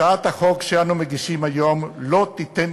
הצעת החוק שאנו מגישים היום לא תיתן,